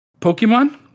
Pokemon